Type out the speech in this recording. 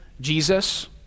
Jesus